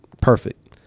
Perfect